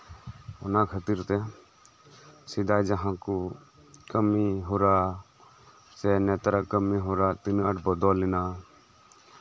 ᱚᱱᱟ ᱠᱷᱟᱹᱛᱤᱨ ᱛᱮ ᱥᱮᱫᱟᱭ ᱡᱟᱦᱟᱸ ᱠᱚ ᱠᱟᱹᱢᱤᱦᱚᱨᱟ ᱥᱮ ᱱᱮᱛᱟᱨᱟᱜ ᱠᱟᱹᱢᱤᱦᱚᱨᱟ ᱛᱤᱱᱟᱹᱜ ᱟᱸᱴ ᱵᱚᱫᱚᱞᱮᱱᱟ